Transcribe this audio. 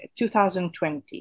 2020